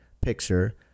picture